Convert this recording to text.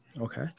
Okay